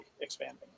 expanding